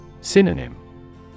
Synonym